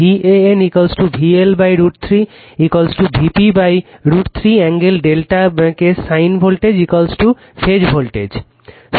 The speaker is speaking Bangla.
VAN VL √ 3 Vp √ √3 কোণ Δ কেস লাইন ভোল্টেজ ফেজ ভোল্টেজে